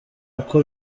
uko